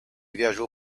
viajou